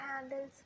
handles